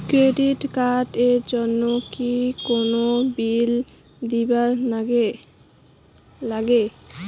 Credit card এর জন্যে কি কোনো বিল দিবার লাগে?